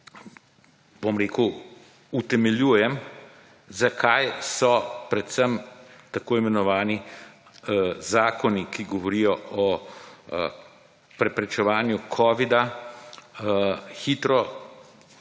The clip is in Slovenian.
bom rekel, utemeljujem, zakaj so predvsem tako imenovani zakoni, ki govorijo o preprečevanju Covid-a, hitro